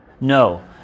No